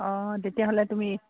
অঁ তেতিয়াহ'লে তুমি